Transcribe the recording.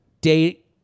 date